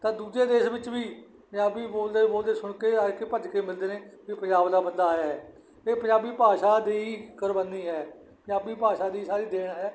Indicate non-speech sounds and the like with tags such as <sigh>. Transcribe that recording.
ਤਾਂ ਦੂਜੇ ਦੇਸ਼ ਵਿੱਚ ਵੀ ਪੰਜਾਬੀ ਬੋਲਦੇ ਬੋਲਦੇ ਸੁਣ ਕੇ <unintelligible> ਭੱਜ ਕੇ ਮਿਲਦੇ ਨੇ ਵੀ ਪੰਜਾਬ ਦਾ ਬੰਦਾ ਆਇਆ ਹੈ ਇਹ ਪੰਜਾਬੀ ਭਾਸ਼ਾ ਦੀ ਕੁਰਬਾਨੀ ਹੈ ਪੰਜਾਬੀ ਭਾਸ਼ਾ ਦੀ ਸਾਰੀ ਦੇਣ ਹੈ